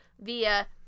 via